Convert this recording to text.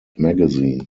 magazine